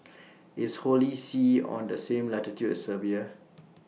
IS Holy See on The same latitude as Serbia